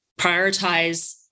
prioritize